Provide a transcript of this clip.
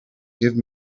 give